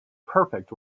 perfect